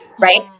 Right